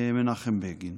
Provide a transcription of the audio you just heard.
מנחם בגין.